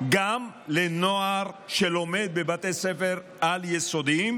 גם לנוער שלומד בבתי ספר על-יסודיים,